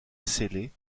scellée